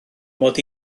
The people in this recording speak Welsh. mod